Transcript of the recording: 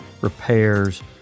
repairs